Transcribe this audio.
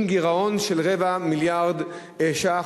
עם גירעון של רבע מיליארד ש"ח,